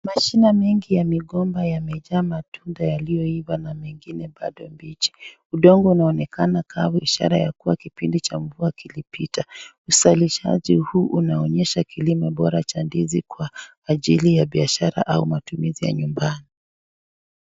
Mashina mengi ya migomba, yamejaa matunda yaliyoiva na mengine bado mbichi. Udongo unaonekana kawi, ishara ya kuwa kipindi cha mvua, kilipita. Usalishaji huu unaonyesha kilimo bora cha ndizi kwa ajili ya biashara au matumizi ya nyumbani.